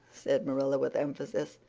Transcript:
said marilla with emphasis.